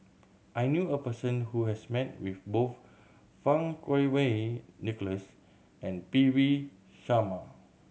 I knew a person who has met with both Fang Kuo Wei Nicholas and P V Sharma